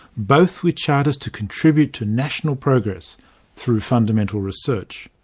both with charters to contribute to national progress through fundamental research.